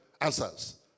answers